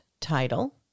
title